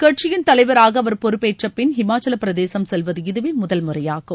கட்சியின் தலைவராக அவர் பொறுப்பேற்றப்பின் ஹிமாச்சல பிரதேசம் செல்வது இதுவே முதல் முறையாகும்